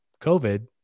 COVID